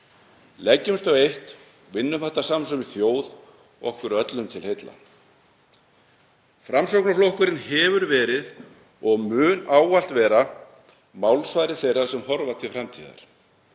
Leggjumst á eitt og vinnum þetta saman sem þjóð, okkur öllum til heilla. Framsóknarflokkurinn hefur verið og mun ávallt verða málsvari þeirra sem horfa til framtíðar.